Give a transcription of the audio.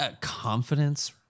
confidence